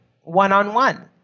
one-on-one